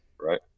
right